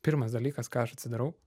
pirmas dalykas ką aš atsidarau